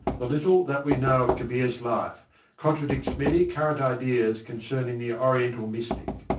the little that we know of kabir's life contradicts many current ideas concerning the oriental mystic.